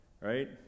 Right